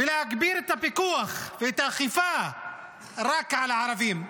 ולהגביר את הפיקוח ואת האכיפה רק על הערבים.